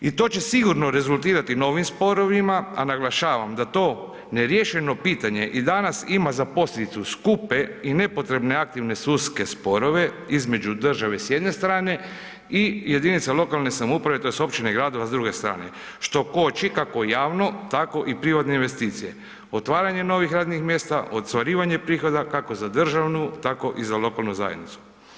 I to će sigurno rezultirati novim sporovima a naglašavam da to neriješeno pitanje i danas ima za posljedicu skupe i nepotrebne aktivne sudske sporove između države s jedne strane i jedinica lokalne samouprave, top su općine i gradovi s druge strane, što koči kako javno tako i privatne investicije, otvaranje novih radnih mjesta, ostvarivanje prihoda kako za državnu tako i za lokalnu zajednicu.